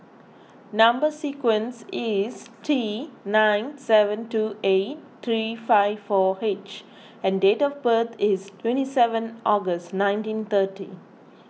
Number Sequence is T nine seven two eight three five four H and date of birth is twenty seven August nineteen thirty